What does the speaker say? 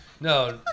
No